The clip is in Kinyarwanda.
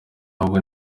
ahubwo